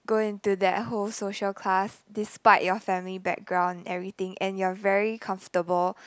go into that whole social class despite your family background everything and you're very comfortable